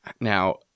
Now